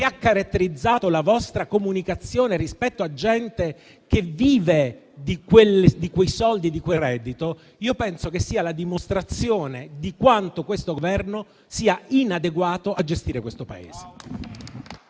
ha caratterizzato la vostra comunicazione rispetto a gente che vive di quei soldi e di quel reddito, penso sia la dimostrazione di quanto il Governo sia inadeguato a gestire il Paese.